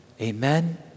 Amen